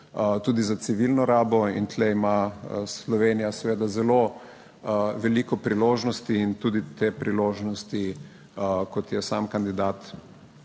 tudi za civilno rabo. In tu ima Slovenija seveda zelo veliko priložnosti in tudi te priložnosti, kot je sam kandidat